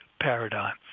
paradigm